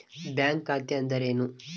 Bank ಖಾತೆ ಅಂದರೆ ಏನು?